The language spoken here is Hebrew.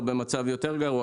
או במצב יותר גרוע,